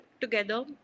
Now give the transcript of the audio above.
together